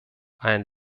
ein